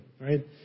right